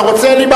אתה רוצה?